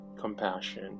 compassion